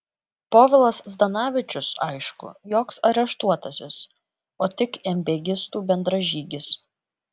povilas zdanavičius aišku joks areštuotasis o tik emgėbistų bendražygis